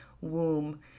womb